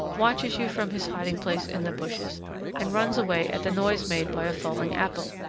watches you from his hiding-place in the bushes and runs away at the noise made by a falling apple,